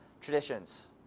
traditions